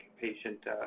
patient